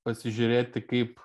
pasižiūrėti kaip